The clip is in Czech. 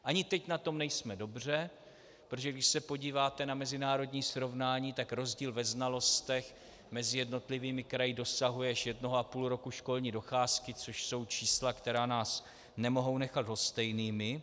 Ani teď na tom nejsme dobře, protože když se podíváte na mezinárodní srovnání, tak rozdíl ve znalostech mezi jednotlivými kraji dosahuje až 1,5 roku školní docházky, což jsou čísla, která nás nemohou nechat lhostejnými.